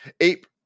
Ape